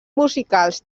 musicals